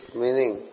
meaning